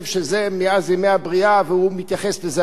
מאז ימי הבריאה והוא מתייחס לזה אחרת.